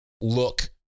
look